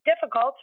difficult